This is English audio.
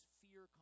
fear